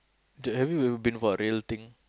they have you ever been for a real thing